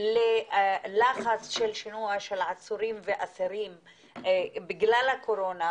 ללחץ של שינוע של עצורים ואסירים בגלל הקורונה,